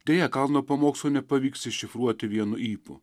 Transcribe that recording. deja kalno pamokslo nepavyks iššifruoti vienu ypu